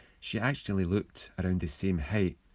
she actually looked around the same height.